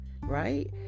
right